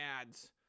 ads